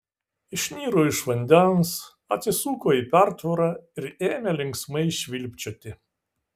išniro iš vandens atsisuko į pertvarą ir ėmė linksmai švilpčioti